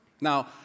Now